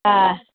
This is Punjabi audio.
ਹਾਂ